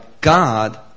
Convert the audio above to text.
God